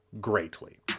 greatly